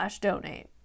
donate